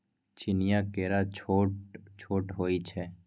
चीनीया केरा छोट छोट होइ छै